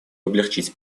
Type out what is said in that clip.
облегчить